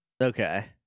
okay